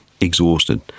exhausted